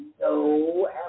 no